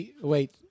Wait